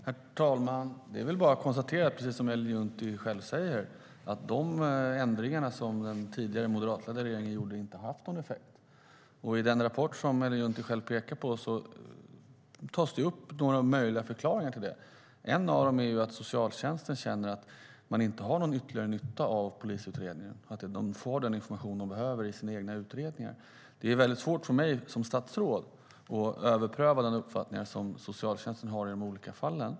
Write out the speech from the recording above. Herr talman! Det är väl bara att konstatera, precis som Ellen Juntti själv säger, att de ändringar som den tidigare moderatledda regeringen gjorde inte har haft någon effekt. I den rapport som Ellen Juntti själv pekar på tas några möjliga förklaringar upp. En av dem är att socialtjänsten känner att man inte har någon ytterligare nytta av polisutredningar, utan att de får den information de behöver i sina egna utredningar. Det är svårt för mig som statsråd att överpröva de uppfattningar som socialtjänsten har i de olika fallen.